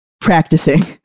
Practicing